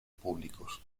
públicos